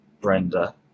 Brenda